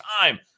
time